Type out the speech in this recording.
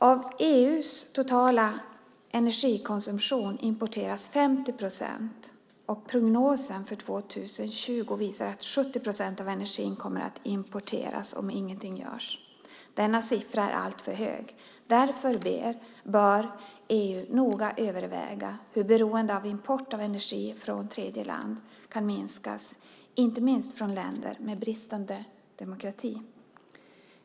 Av EU:s totala energikonsumtion importeras 50 procent. Prognosen för 2020 visar att 70 procent av energin kommer att importeras om ingenting görs. Denna siffra är alltför hög. Därför bör EU noga överväga hur beroendet av import av energi från tredjeland kan minskas, inte minst från länder med bristande demokrati.